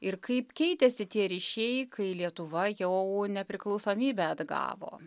ir kaip keitėsi tie ryšiai kai lietuva jau nepriklausomybę atgavo